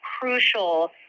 crucial